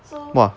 吗